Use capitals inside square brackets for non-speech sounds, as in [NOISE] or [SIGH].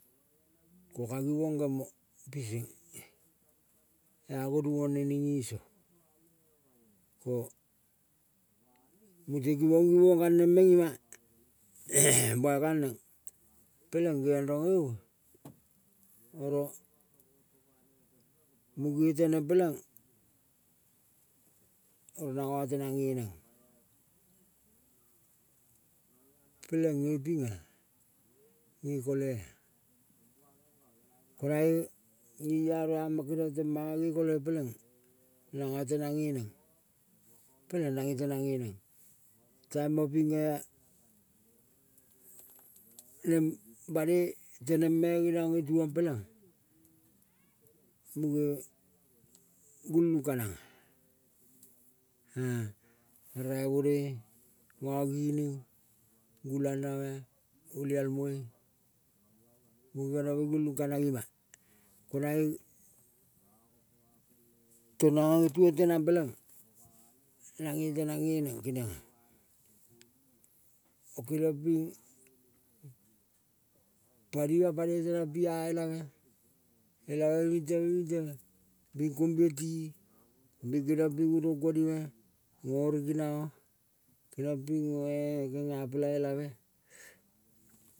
Ko givong gema piseng agonu mone ning. Iso mute givong, givong galneng meng ima-a, [NOISE] baigal neng peleng geong rong eve oro muge teneng peleng oro nanga tenang nge neng peleng nge pinga nge kalea konae ngearoama kepi. Keriong tang manga nge ko le peleng nanga teneng nge neng, nanga tenang nge neng taima pinge neng banaoi teneng me geniang ngetuong peleng muge gulung kanang-e raivonoi, gangining gulangave. Olialmoi munge genemo gulung kanang ima-a ko nae tong nanga ngetuong tenang peleng nange tenang ngeneng kenionga. Ko kilong ping panima panoi tenang pia elave. Elave bing teve bing teve, bing gombient, bing geniong ping uro kuonive, ngo riginao gingong ping gela pela elave.